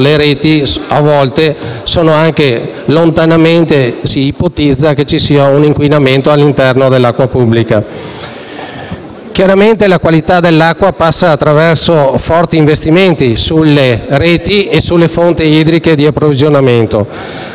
si ipotizza anche lontanamente che vi sia un inquinamento all'interno delle reti di acqua pubblica. Chiaramente, la qualità dell'acqua passa attraverso forti investimenti sulle reti e sulle fonti idriche di approvvigionamento.